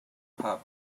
pub